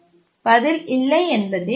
பதில் இல்லை என்பதே ஆகும்